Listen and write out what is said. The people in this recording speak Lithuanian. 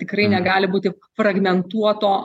tikrai negali būt taip fragmentuoto